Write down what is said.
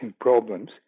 problems